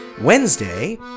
Wednesday